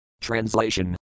Translation